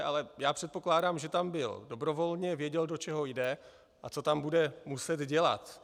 Ale já předpokládám, že tam byl dobrovolně, věděl, do čeho jde a co tam bude muset dělat.